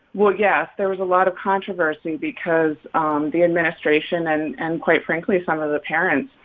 well, yes. there was a lot of controversy because um the administration and and, quite frankly, some of the parents,